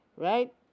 Right